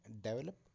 develop